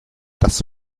das